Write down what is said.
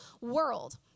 world